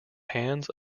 hands